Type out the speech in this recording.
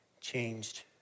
changed